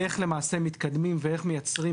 איך מתקדמים ואיך מייצרים.